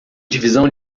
divisão